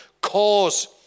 cause